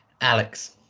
Alex